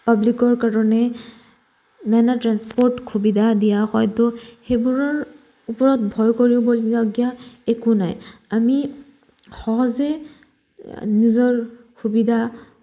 পাব্লিকৰ কাৰণে নানা ট্ৰেন্সপৰ্ট সুবিধা দিয়া হয়তো সেইবোৰৰ ওপৰত ভয় কৰিবলগীয়া একো নাই আমি সহজে নিজৰ সুবিধা